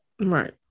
Right